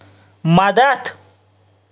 مدتھ